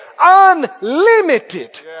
unlimited